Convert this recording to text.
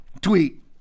tweet